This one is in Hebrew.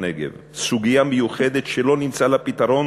בנגב סוגיה מיוחדת שלא נמצא לה פתרון